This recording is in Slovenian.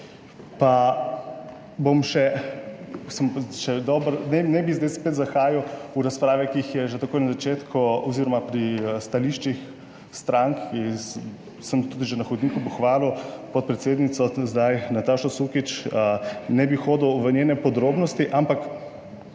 zdaj spet zahajal v razprave, ki jih je že takoj na začetku oziroma pri stališčih strank sem tudi že na hodniku pohvalil podpredsednico Natašo Sukič, ne bi hodil v njene podrobnosti, ampak